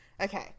okay